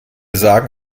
sagen